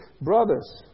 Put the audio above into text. brothers